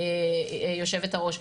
יושבת-הראש.